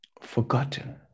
forgotten